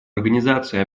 организации